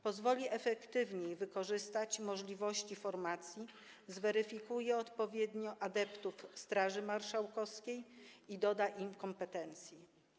Pozwoli efektywniej wykorzystać możliwości formacji, zweryfikuje odpowiednio adeptów Straży Marszałkowskiej i doda im kompetencji.